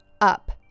up